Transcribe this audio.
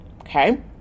Okay